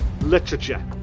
literature